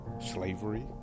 Slavery